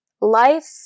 Life